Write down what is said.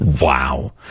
Wow